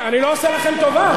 אתה לא עושה לנו טובה.